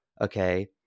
Okay